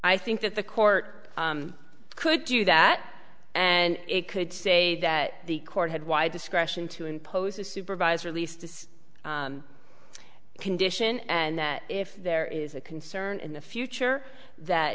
i think that the court could do that and it could say that the court had wide discretion to impose a supervisor at least this condition and that if there is a concern in the future that